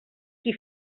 qui